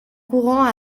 courant